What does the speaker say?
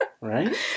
right